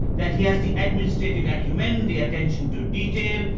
that he has the administrative acumen, the attention to detail,